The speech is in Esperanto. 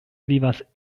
vivas